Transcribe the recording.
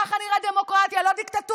ככה נראית דמוקרטיה, לא דיקטטורה.